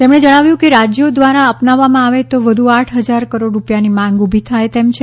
તેમણે જણાવ્યું કે રાજ્યો દ્વારા અપનાવવામાંઆવે તો વધુ આઠ હજાર કરોડ રૂપિયાની માંગ ઊભી થાય તેમ છે